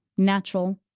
natural,